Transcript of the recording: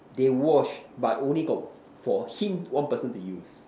they wash but only got for him one person to use